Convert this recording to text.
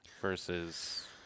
versus